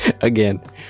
again